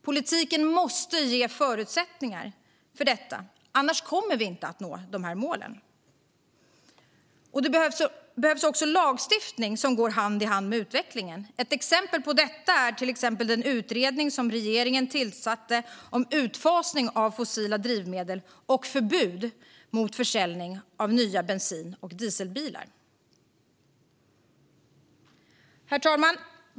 Politiken måste ge förutsättningar för detta, annars kommer vi inte att nå målen. Det behövs också lagstiftning som går hand i hand med utvecklingen. Ett exempel på detta är den utredning som regeringen tillsatte om utfasning av fossila drivmedel och förbud mot försäljning av nya bensin och dieselbilar. Herr talman!